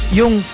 yung